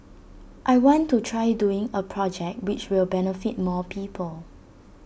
I want to try doing A project which will benefit more people